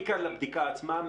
מכאן לבדיקה עצמה,